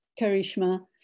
Karishma